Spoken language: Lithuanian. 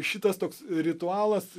šitas toks ritualas